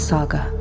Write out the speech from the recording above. Saga